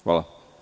Hvala.